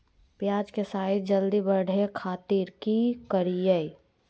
प्याज के साइज जल्दी बड़े खातिर की करियय?